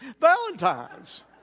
Valentine's